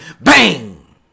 Bang